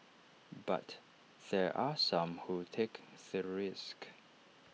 but there are some who take the risk